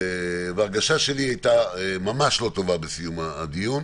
ההרגשה שלי הייתה ממש לא טובה בסיום הדיון,